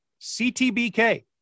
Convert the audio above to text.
CTBK